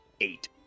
eight